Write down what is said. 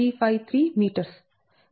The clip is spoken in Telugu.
353m